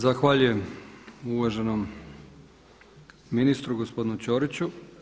Zahvaljujem uvaženom ministru gospodinu Ćoriću.